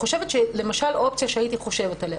למשל אופציה שהייתי חושבת עליה,